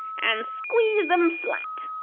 and squeeze them flat.